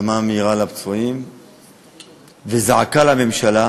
החלמה מהירה לפצועים וזעקה לממשלה,